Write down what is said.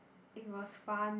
it was fun